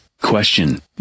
Question